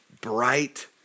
bright